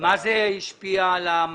במה זה השפיע על המנגנון?